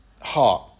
heart